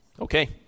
Okay